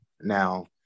now